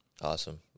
Awesome